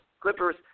Clippers